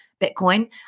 Bitcoin